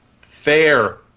fair